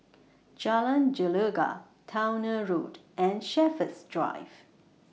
Jalan Gelegar Towner Road and Shepherds Drive